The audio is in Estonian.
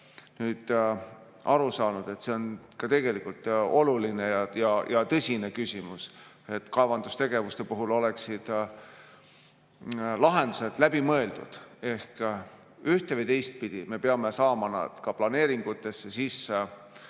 nüüd aru saanud, et see on tegelikult oluline ja tõsine küsimus, et kaevandustegevuste puhul oleksid lahendused läbi mõeldud. Ehk üht- või teistpidi me peame saama nad ka planeeringutesse sisse,